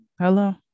hello